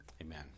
Amen